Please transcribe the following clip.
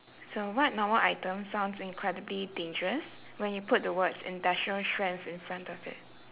so what normal items sounds incredibly dangerous when you put the words industrial strength in front of it